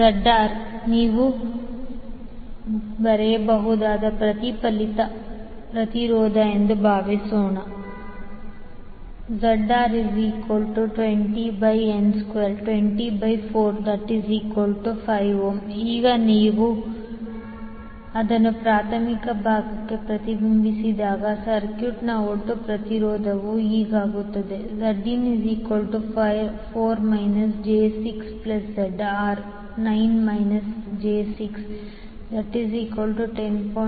ZR ನೀವು ಬರೆಯಬಹುದಾದ ಪ್ರತಿಫಲಿತ ಪ್ರತಿರೋಧ ಎಂದು ಭಾವಿಸೋಣ ZR20n22045 ಈಗ ನೀವು ಇದನ್ನು ಪ್ರಾಥಮಿಕ ಭಾಗಕ್ಕೆ ಪ್ರತಿಬಿಂಬಿಸಿದಾಗ ಸರ್ಕ್ಯೂಟ್ನ ಒಟ್ಟು ಪ್ರತಿರೋಧವು ಆಗುತ್ತದೆ Zin4 j6ZR9 j610